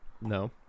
No